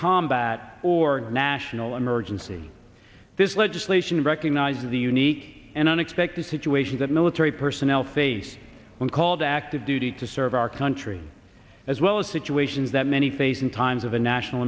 combat or national emergency this legislation recognizes the unique and unexpected situations that military personnel face when called active duty to serve our country as well as situations that many face in times of a national